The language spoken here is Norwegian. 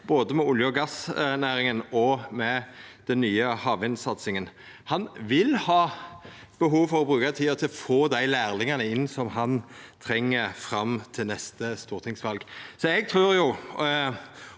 både med olje- og gassnæringa og med den nye havvindsatsinga. Han vil ha behov for å bruka tida på å få inn dei lærlingane han treng fram til neste stortingsval. Eg trur og